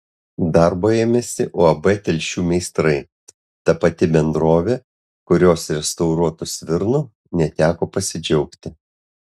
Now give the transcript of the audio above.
darbo ėmėsi uab telšių meistrai ta pati bendrovė kurios restauruotu svirnu neteko pasidžiaugti